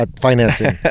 Financing